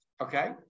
Okay